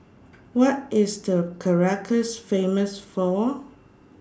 What IS Caracas Famous For